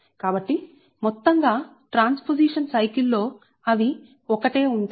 కాబట్టి మొత్తంగా transposition cycle లో అవి ఒకటే ఉంటాయి